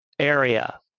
area